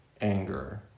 anger